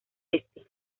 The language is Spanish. este